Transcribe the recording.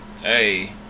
Hey